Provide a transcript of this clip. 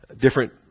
different